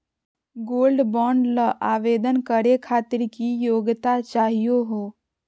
Gold bond ल आवेदन करे खातीर की योग्यता चाहियो हो?